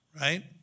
right